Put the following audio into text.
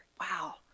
wow